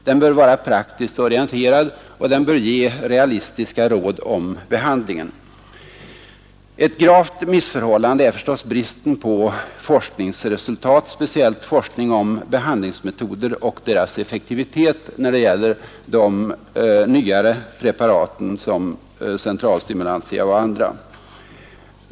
Den bör vara praktiskt orienterad och ge realistiska råd om behandlingen. Ett gravt missförhållande är förstås bristen på forskningsresultat, speciellt forskning om behandlingsmetoder och deras effektivitet när det gäller de nyare preparaten som centralstimulantia och andra.